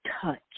touch